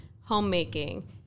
homemaking